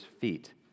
feet